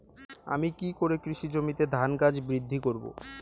আমি কী করে কৃষি জমিতে ধান গাছ বৃদ্ধি করব?